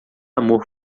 amor